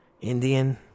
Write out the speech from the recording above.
Indian